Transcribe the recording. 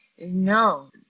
No